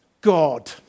God